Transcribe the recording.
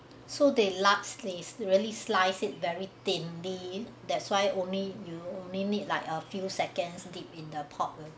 so they really slice it very thinly the that's why only you make me like a few seconds dip in the pot will di